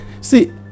See